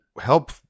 help